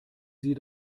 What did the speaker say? sie